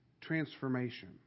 transformation